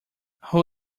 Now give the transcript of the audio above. who